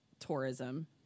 tourism